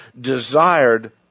desired